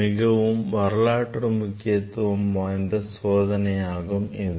மிகவும் வரலாற்று முக்கியத்துவம் வாய்ந்த சோதனையாகும் இது